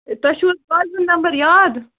تۄہہِ چھُو حظ گاڑِ ہُنٛد نمبر یاد